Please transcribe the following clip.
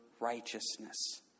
righteousness